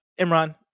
Imran